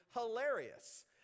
hilarious